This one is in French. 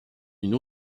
une